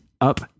up